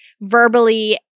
verbally